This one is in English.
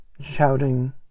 shouting